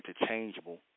interchangeable